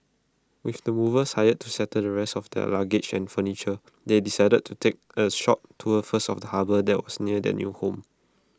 with the movers hired to settle the rest of their luggage and furniture they decided to take A short tour first of the harbour that was near their new home